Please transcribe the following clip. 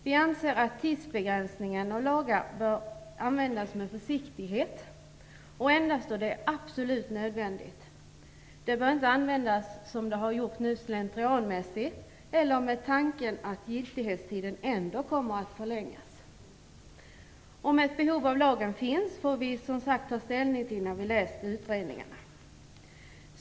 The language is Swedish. Vi anser att tidsbegränsning av lagar bör användas med försiktighet och endast när det är absolut nödvändigt. Det bör inte användas slentrianmässigt, som det har gjorts nu, eller med tanken att giltighetstiden ändå kommer att förlängas. Vi får ta ställning till om det finns ett behov av lagen när vi har läst utredningarna.